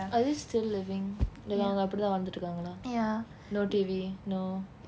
are they still living like அவங்க அப்படி தான் வளர்ந்துட்டு இருக்காங்களா:avnga appadi thaan valarnthuttu irukkaangalaa no T_V no